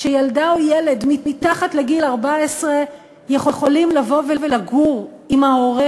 שילדה או ילד מתחת לגיל 14 יכולים לבוא ולגור עם ההורה